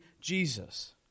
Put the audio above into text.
Jesus